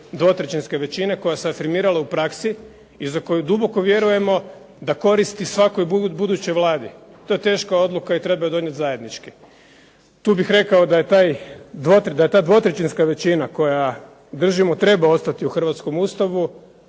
dvotrećinske većine koja se afirmirala u praksi i za koju duboko vjerujemo da koristi svakoj budućoj Vladi. To je teška odluka i treba je donijeti zajednički. Tu bih rekao da ta 2/3 većina za koju držimo treba ostati u Hrvatskom ustavu